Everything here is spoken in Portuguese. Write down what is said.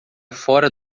fora